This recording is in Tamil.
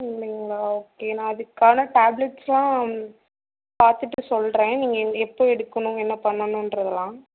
இல்லைங்களா ஓகே நான் அதுக்கான டேப்லேட்ஸுலாம் பார்த்துட்டு சொல்றேன் நீங்கள் எப்போ எடுக்கணும் என்ன பண்ணணும்ன்றதலாம்